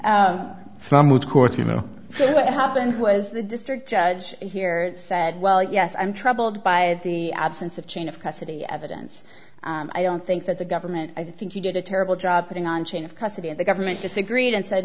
know what happened was the district judge here said well yes i'm troubled by the absence of chain of custody evidence i don't think that the government i think he did a terrible job putting on chain of custody of the government disagreed and said